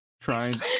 Trying